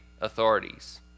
authorities